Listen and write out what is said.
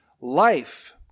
Life